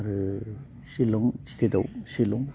आरो शिलं स्टेटआव